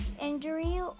injury